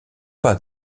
pas